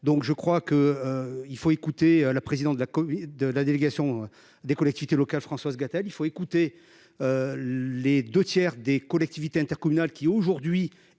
donc je crois que il faut écouter la président de la commune de la délégation des collectivités locales. Françoise Gatel, il faut écouter. Les 2 tiers des collectivités intercommunales qui aujourd'hui